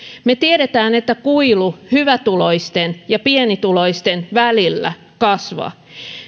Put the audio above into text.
me tiedämme että kuilu hyvätuloisten ja pienituloisten välillä kasvaa